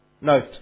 Note